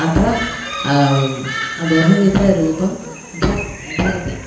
अत्र बहुविधरूपं धर् धरति